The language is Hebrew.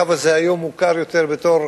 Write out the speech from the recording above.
היום הקו הזה מוכר יותר בתור